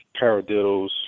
paradiddles